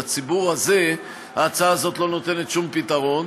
לציבור הזה ההצעה הזאת לא נותנת שום פתרון.